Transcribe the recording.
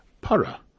para